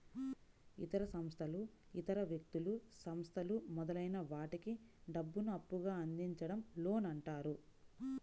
ఇతర సంస్థలు ఇతర వ్యక్తులు, సంస్థలు మొదలైన వాటికి డబ్బును అప్పుగా అందించడం లోన్ అంటారు